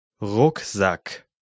Rucksack